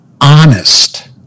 honest